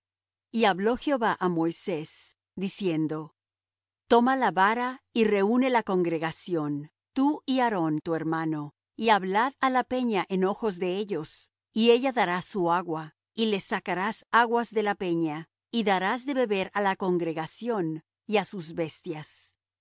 y habló jehová á moisés diciendo toma la vara y reune la congregación tú y aarón tu hermano y hablad á la peña en ojos de ellos y ella dará su agua y les sacarás aguas de la peña y darás de beber á la congregación y á sus bestias